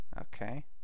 Okay